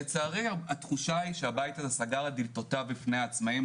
לצערי התחושה היא שהבית הזה סגר את דלתותיו לפני העצמאים,